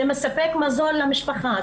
זה מספק מזון למשפחה,